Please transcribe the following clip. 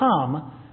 come